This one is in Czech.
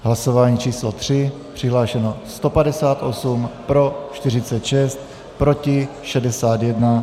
Hlasování číslo 3. Přihlášeno 158, pro 46, proti 61.